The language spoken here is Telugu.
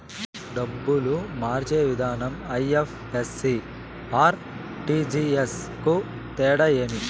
డబ్బులు మార్చే విధానం ఐ.ఎఫ్.ఎస్.సి, ఆర్.టి.జి.ఎస్ కు తేడా ఏమి?